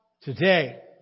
today